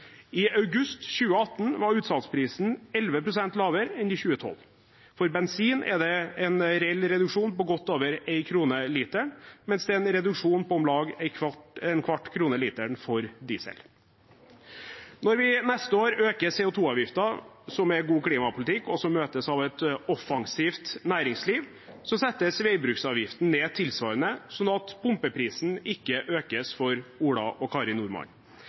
I august 2018 var utsalgsprisen 11 pst. lavere enn i 2012. For bensin er det en reell reduksjon på godt over 1 kr per liter, mens det er en reduksjon på om lag en kvart krone per liter for diesel. Når vi neste år øker CO 2 -avgiften, som er god klimapolitikk og som møtes av et offensivt næringsliv, settes veibruksavgiften ned med tilsvarende, slik at pumpeprisen ikke økes for Ola og Kari Nordmann.